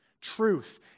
truth